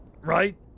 right